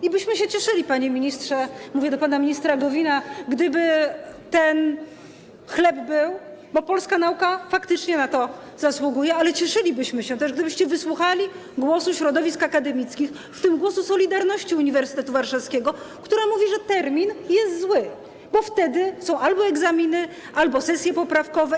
Cieszylibyśmy się, panie ministrze - mówię do pana ministra Gowina - gdyby ten chleb był, bo polska nauka faktycznie na to zasługuje, ale cieszylibyśmy się też, gdybyście wysłuchali głosu środowisk akademickich, w tym głosu „Solidarności” Uniwersytetu Warszawskiego, która mówi, że termin jest zły, bo wtedy są albo egzaminy, albo sesje poprawkowe.